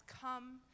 come